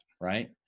right